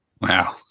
Wow